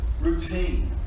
routine